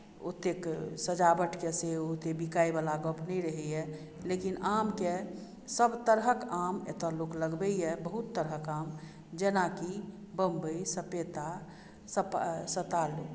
ओतेक सजावटके सेहो ओतेक बिकायवला गप्प नहि रहैए लेकिन आमके सभतरहक आम एतय लोक लगबैए बहुत तरहक आम जेनाकि बम्बई सपेता सतालू